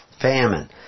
famine